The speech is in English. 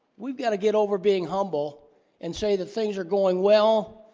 we've got to get over being humble and say that things are going well